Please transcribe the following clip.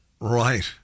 Right